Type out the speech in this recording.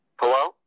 Hello